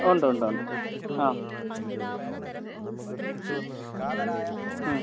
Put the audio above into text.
ഉണ്ട് ഉണ്ട് ഉണ്ട് ആ മ്